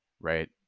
right